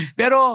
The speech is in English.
pero